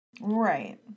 Right